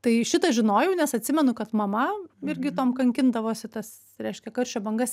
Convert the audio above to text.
tai šitą žinojau nes atsimenu kad mama irgi tuom kankindavosi tas reiškia karščio bangas